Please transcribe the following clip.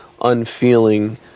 unfeeling